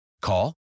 Call